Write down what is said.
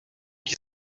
qui